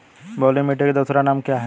बलुई मिट्टी का दूसरा नाम क्या है?